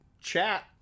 chat